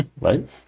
right